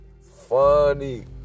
Funny